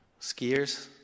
Skiers